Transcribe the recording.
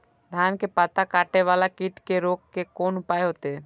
धान के पत्ता कटे वाला कीट के रोक के कोन उपाय होते?